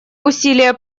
усилия